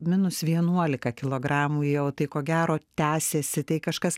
minus vienuolika kilogramų jau tai ko gero tęsiasi tai kažkas